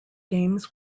games